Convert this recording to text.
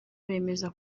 bemeza